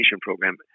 program